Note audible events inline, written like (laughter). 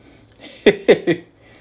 (laughs)